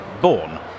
Born